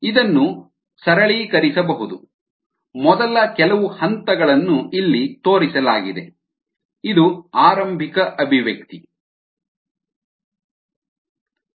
ಇದನ್ನು ಸರಳೀಕರಿಸಬಹುದು ಮೊದಲ ಕೆಲವು ಹಂತಗಳನ್ನು ಇಲ್ಲಿ ತೋರಿಸಲಾಗಿದೆ ಇದು ಆರಂಭಿಕ ಅಭಿವ್ಯಕ್ತಿ xmYxSSi m1 KSKSSi0